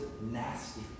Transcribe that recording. nasty